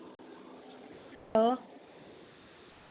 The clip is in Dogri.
ओ